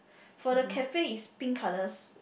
for the cafe it's pink colours